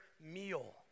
meal